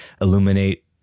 illuminate